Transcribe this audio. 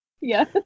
Yes